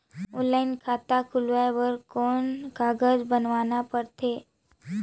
Online खाता खुलवाय बर कौन कागज बनवाना पड़थे?